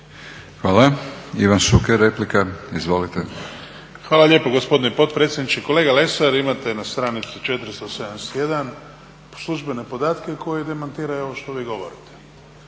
Hvala. Ivan Šuker, replika. Izvolite. **Šuker, Ivan (HDZ)** Hvala lijepo gospodine potpredsjedniče. Kolega Lesar, imate na stranici 471. službene podatke koji demantiraju ovo što vi govorite.